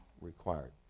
required